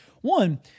one